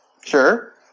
Sure